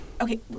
Okay